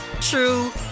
true